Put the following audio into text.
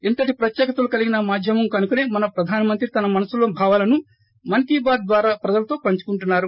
ఇంతటి ప్రత్యేకతలు కలిగిన మాధ్యమం కనుకనే మన ప్రధానమంత్రి తన మనసులో భావాలను మన్ కీ బాత్ ద్వారా ప్రజలతో పంచుకుంటున్నారు